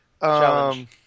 Challenge